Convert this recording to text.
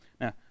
Now